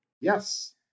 yes